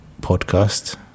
podcast